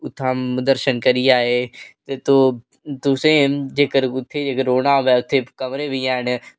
जिल्लै दर्शन करियै आए ते तुसें जेकर उत्थै जेकर रौह्ना होवे उत्थै कमरे बी ऐन